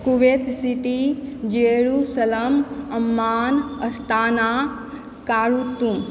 Kuwait City Jerusalem Amman Astana Khartoum